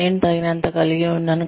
నేను తగినంత కలిగిఉన్నాను